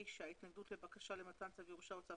התנגדות לבקשה למתן צו ירושה או צו